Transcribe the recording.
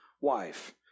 wife